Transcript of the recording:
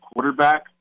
quarterback